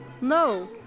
no